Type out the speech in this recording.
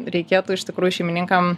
reikėtų iš tikrųjų šeimininkam